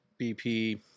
BP